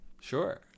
Sure